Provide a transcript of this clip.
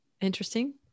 Interesting